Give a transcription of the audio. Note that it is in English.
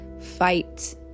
fight